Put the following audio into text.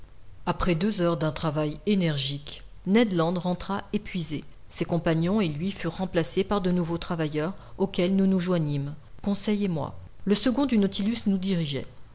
après deux heures d'un travail énergique ned land rentra épuisé ses compagnons et lui furent remplacés par de nouveaux travailleurs auxquels nous nous joignîmes conseil et moi le second du nautilus nous dirigeait